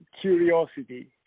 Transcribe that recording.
curiosity